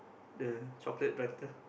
the chocolate prata